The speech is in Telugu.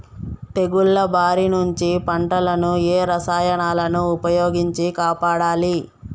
తెగుళ్ల బారి నుంచి పంటలను ఏ రసాయనాలను ఉపయోగించి కాపాడాలి?